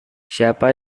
siapa